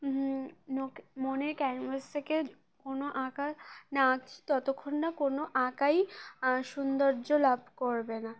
মনের ক্যানভাস থেকে কোনো আঁকা না আছি ততক্ষণ না কোনো আঁকাই সৌন্দর্য লাভ করবে না